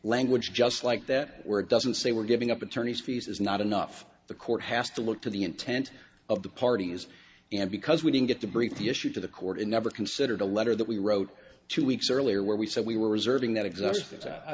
language just like that word doesn't say we're giving up attorneys fees is not enough the court has to look to the intent of the parties and because we didn't get to brief the issue to the court and never considered a letter that we wrote two weeks earlier where we said we were